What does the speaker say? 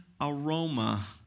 aroma